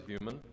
human